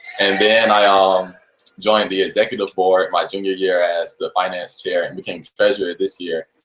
and then i um joined the executive board at my junior year as the finance chair and became treasurer this year.